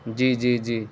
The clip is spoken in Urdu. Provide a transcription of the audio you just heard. جی جی جی